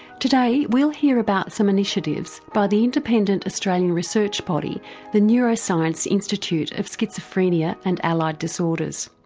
today we'll hear about some initiatives by the independent australian research body the neuroscience institute of schizophrenia and allied disorders.